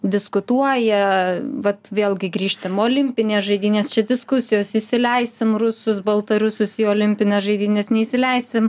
diskutuoja vat vėlgi grįžti į olimpines žaidynes čia diskusijos įsileisim rusus baltarusius į olimpines žaidynes neįsileisim